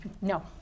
No